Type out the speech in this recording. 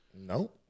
No